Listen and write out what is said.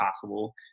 possible